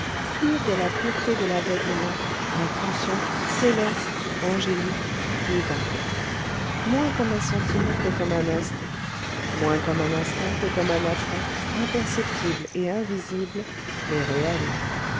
pur de la pureté de l'aveuglement inconscient céleste angélique divin moins comme un sentiment que comme un instinct moins comme un instinct que comme un attrait imperceptible et invisible mais réel